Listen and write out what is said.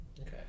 okay